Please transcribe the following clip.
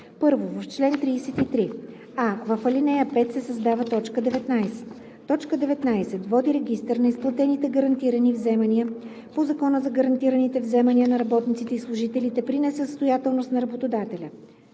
„1. В чл. 33: а) в ал. 5 се създава т. 19: „19. води регистър на изплатените гарантирани вземания по Закона за гарантираните вземания на работниците и служителите при несъстоятелност на работодателя.“;